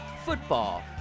Football